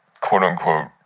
quote-unquote